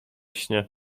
śnie